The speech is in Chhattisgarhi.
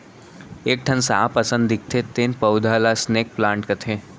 एक ठन सांप असन दिखथे तेन पउधा ल स्नेक प्लांट कथें